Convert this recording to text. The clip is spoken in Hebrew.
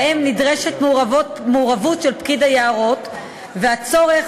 שבהם נדרשת מעורבות של פקיד היערות והצורך